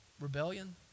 rebellion